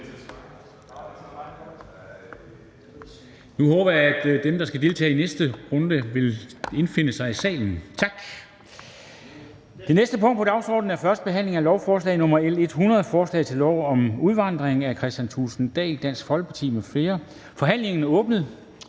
Nu håber jeg, at dem, der skal deltage i næste runde, vil indfinde sig i salen. Tak!